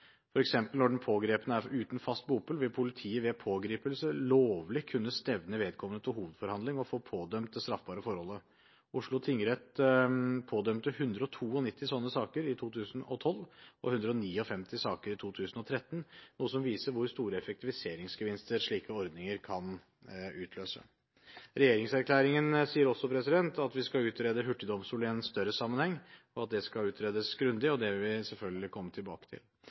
sal. Når f.eks. den pågripne er uten bopel, vil politiet ved pågripelse lovlig kunne stevne vedkommende til hovedforhandling og få pådømt det straffbare forholdet. Oslo tingrett pådømte 192 sånne saker i 2012 og 159 saker i 2013, noe som viser hvor store effektiviseringsgevinster slike ordninger kan utløse. Regjeringserklæringen sier også at vi skal utrede hurtigdomstol i en større sammenheng, og at det skal utredes grundig. Det vil vi selvfølgelig komme tilbake til.